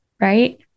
Right